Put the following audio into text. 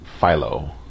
Philo